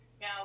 now